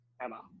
emma